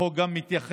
החוק גם מתייחס